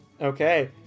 Okay